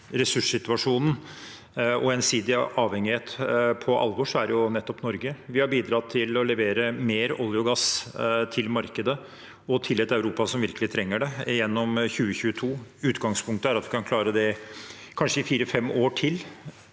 ressurssituasjonen og gjensidig avhengighet på alvor, så er det nettopp Norge. Vi har i 2022 bidratt til å levere mer olje og gass til markedet og til et Europa som virkelig trenger det. Utgangspunktet er at vi kan klare det i kanskje fire-fem år til.